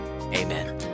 amen